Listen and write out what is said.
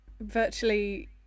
virtually